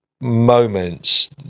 moments